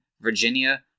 Virginia